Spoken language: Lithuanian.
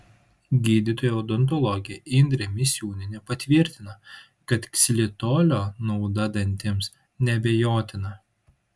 gydytoja odontologė indrė misiūnienė patvirtina kad ksilitolio nauda dantims neabejotina